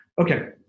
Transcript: Okay